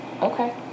Okay